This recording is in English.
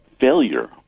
failure